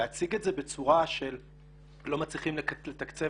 להציג את זה בצורה של לא מצליחים לתקצב